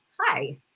hi